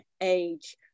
age